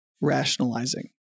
rationalizing